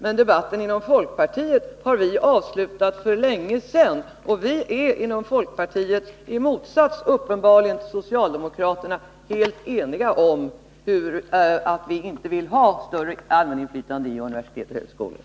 Men debatten inom folkpartiet har vi avslutat för länge sedan, och vi är inom folkpartiet — uppenbarligen i motsats till socialdemokraterna — helt eniga om att vi inte vill ha ett större allmäninflytande i universitet och högskolor.